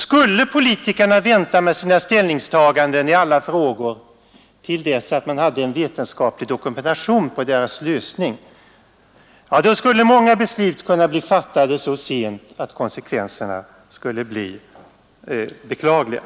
Skulle politikerna vänta med sina ställningstaganden i alla frågor till dess att man hade en vetenskaplig dokumentation för deras lösning, skulle många beslut bli fattade så sent att konsekvenserna blev beklagliga.